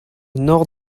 nord